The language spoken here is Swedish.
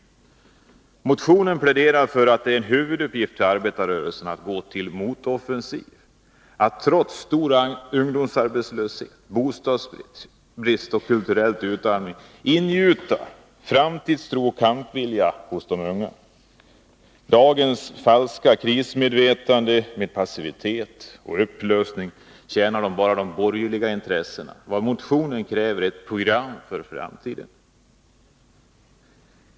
I motionen framhålls att det är en huvuduppgift för arbetarklassen att gå till motoffensiv, att trots stor ungdomsarbetslöshet, bostadsbrist och kulturell utarmning ingjuta framtidstro och kampvilja hos de unga. Dagens falska krismedvetande med passivitet och upplösning tjänar bara de borgerliga intressena. I motionen krävs ett program för framtiden.